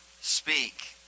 speak